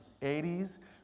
80s